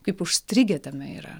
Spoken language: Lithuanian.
kaip užstrigę tame yra